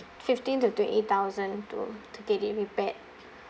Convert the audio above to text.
fifteen to twenty thousand to to get it repaired